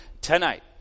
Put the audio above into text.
tonight